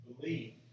believe